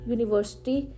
University